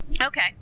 Okay